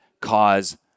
cause